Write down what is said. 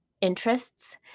interests